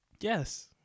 Yes